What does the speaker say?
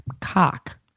cock